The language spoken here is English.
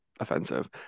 offensive